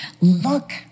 look